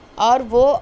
اور وہ